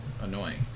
annoying